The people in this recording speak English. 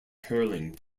hurling